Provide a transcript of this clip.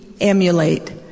Emulate